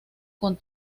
con